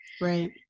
Right